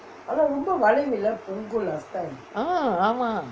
ah ஆமா:aama